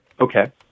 Okay